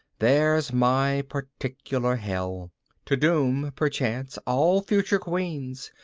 there's my particular hell to doom, perchance, all future queens,